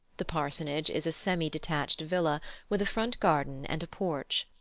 the parsonage is a semi-detached villa with a front garden and a porch.